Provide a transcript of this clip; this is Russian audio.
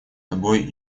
тобой